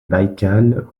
baïkal